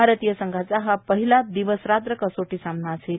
भारतीय संघाचा हा पहिला दिवस रात्र कसोटी सामना असणार आहे